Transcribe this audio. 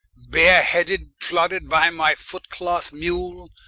bare-headed plodded by my foot-cloth mule,